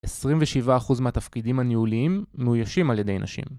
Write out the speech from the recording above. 27% מהתפקידים הניהוליים מאוישים על ידי נשים